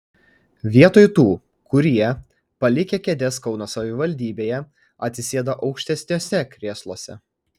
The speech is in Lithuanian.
vietoj tų kurie palikę kėdes kauno savivaldybėje atsisėdo aukštesniuose krėsluose